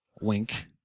Wink